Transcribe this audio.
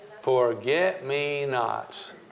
Forget-me-nots